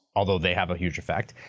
although they have a huge effect.